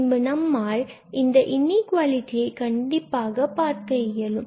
பின்பு நம்மால் இந்த இன்இகுவாலிட்டியை கண்டிப்பாக பார்க்க இயலும்